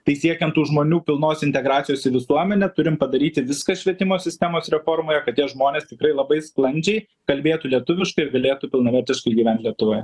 tai siekiant tų žmonių pilnos integracijos į visuomenę turim padaryti viską švietimo sistemos reformoje kad tie žmonės tikrai labai sklandžiai kalbėtų lietuviškai ir galėtų pilnavertiškai gyventi lietuvoje